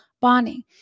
bonding